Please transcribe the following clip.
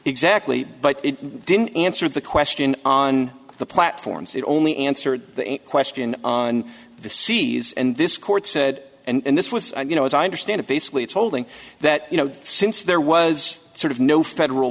exactly but it didn't answer the question on the platforms it only answered the question on the seas and this court said and this was you know as i understand it basically it's holding that you know since there was sort of no federal